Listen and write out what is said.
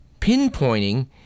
pinpointing